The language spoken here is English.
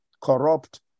corrupt